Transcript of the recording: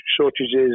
shortages